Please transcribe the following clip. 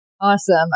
awesome